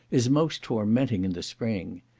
is most tormenting in the spring.